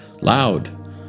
loud